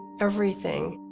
everything.